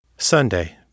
Sunday